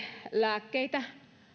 lääkkeitä